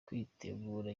kwitegura